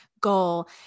goal